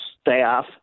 staff